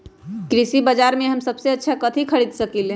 कृषि बाजर में हम सबसे अच्छा कथि खरीद सकींले?